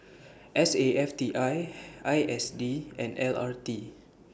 S A F T I I S D and L R T